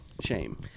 shame